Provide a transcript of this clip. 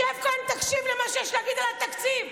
שב כאן ותקשיב למה שיש להגיד על התקציב,